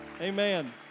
Amen